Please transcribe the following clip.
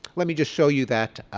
let me just show you that